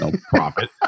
profit